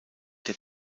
der